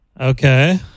Okay